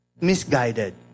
Misguided